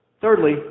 thirdly